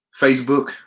Facebook